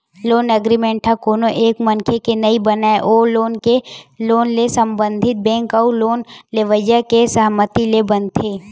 loan agreement ह कोनो एक मनखे के नइ बनय ओ लोन ले संबंधित बेंक अउ लोन लेवइया के सहमति ले बनथे